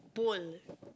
bowl